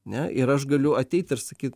ne ir aš galiu ateit ir sakyt